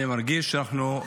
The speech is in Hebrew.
אני מרגיש שאנחנו,